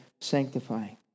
sanctifying